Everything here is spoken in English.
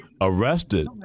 arrested